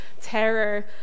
terror